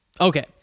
Okay